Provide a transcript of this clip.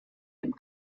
dem